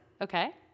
Okay